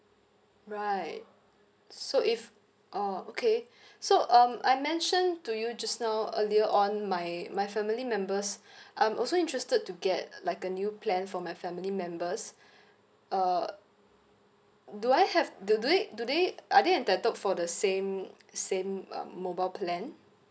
right so if oh okay so um I mention to you just now earlier on my my family members I'm also interested to get like a new plan for my family members uh do I have do they do they are they entitled for the same same um mobile plan